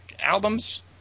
albums